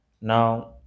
now